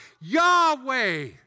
Yahweh